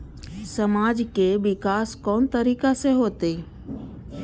समाज के विकास कोन तरीका से होते?